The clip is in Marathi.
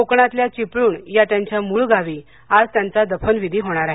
कोकणातल्या चिपळूण या त्यांच्या मूळ गावी आज त्यांचा दफनविधी होणार आहे